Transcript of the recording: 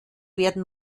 werden